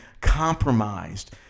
compromised